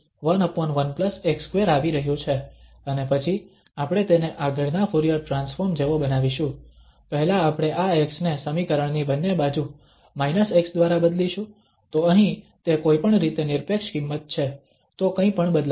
તો અહીં આ સ્વરૂપ 11x2 આવી રહ્યું છે અને પછી આપણે તેને આગળના ફુરીયર ટ્રાન્સફોર્મ જેવો બનાવીશું પહેલા આપણે આ x ને સમીકરણની બંને બાજુ −x દ્વારા બદલીશું તો અહીં તે કોઈપણ રીતે નિરપેક્ષ કિંમત છે તો કંઈપણ બદલાશે નહી